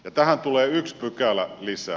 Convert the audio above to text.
tähän tulee yksi pykälä lisää